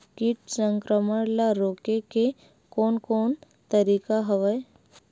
कीट संक्रमण ल रोके के कोन कोन तरीका हवय?